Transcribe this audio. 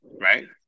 Right